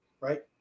right